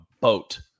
boat